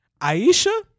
Aisha